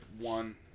one